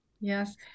Yes